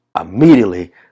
immediately